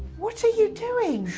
what are you doing? shhh.